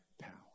power